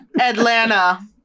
Atlanta